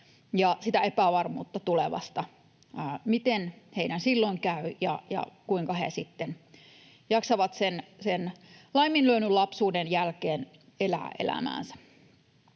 ja epävarmuutta tulevasta: miten heidän silloin käy ja kuinka he jaksavat laiminlyödyn lapsuuden jälkeen sitten elää elämäänsä.